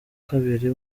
kabiri